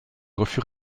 refus